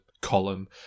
column